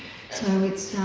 so it's,